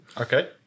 Okay